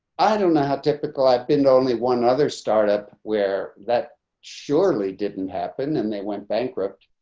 i don't know how typical i've been only one other startup where that surely didn't happen and they went bankrupt.